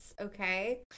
okay